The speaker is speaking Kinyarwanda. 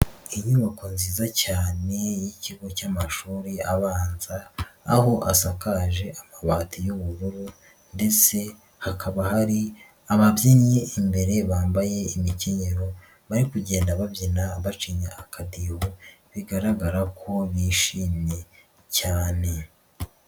Iyi nyubako nziza cyane'ikigo cy'amashuri abanza aho asakaje amabati y'ubururu ndetse hakaba hari ababyinnyi imbere bambaye imikenyero bari kugenda babyina bacinya akadiho bigaragara ko bishimye cyane.